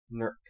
Nerk